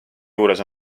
juures